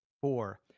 Four